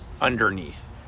underneath